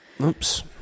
Oops